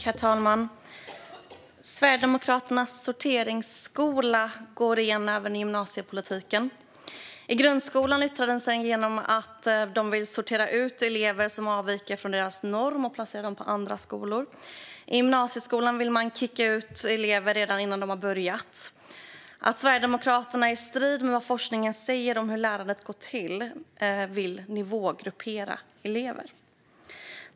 Herr talman! Sverigedemokraternas sorteringsskola går igen även i gymnasiepolitiken. I grundskolan yttrar den sig genom att de vill sortera ut elever som avviker från deras norm och placera dem på andra skolor. I gymnasieskolan vill man kicka ut elever redan innan de har börjat. Sverigedemokraterna vill i strid med vad forskningen säger om hur lärandet går till nivågruppera elever.